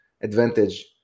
advantage